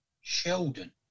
Sheldon